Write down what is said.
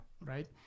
right